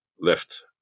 left